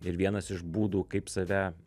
ir vienas iš būdų kaip save